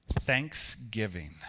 Thanksgiving